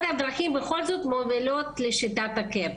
כל הדרכים בכל זאת מובילות לשיטת הקאפ.